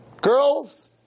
Girls